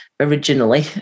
originally